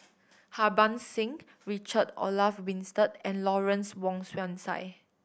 Harbans Singh Richard Olaf Winstedt and Lawrence Wong Shyun Tsai